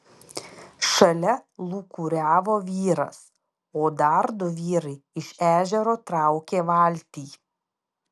šalia lūkuriavo vyras o dar du vyrai iš ežero traukė valtį